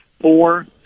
four